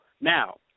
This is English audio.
Now